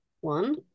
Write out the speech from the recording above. one